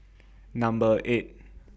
Number eight